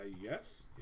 Yes